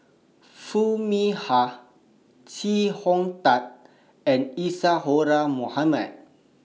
Foo Mee Har Chee Hong Tat and Isadhora Mohamed